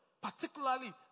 particularly